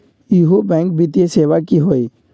इहु बैंक वित्तीय सेवा की होई?